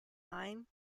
line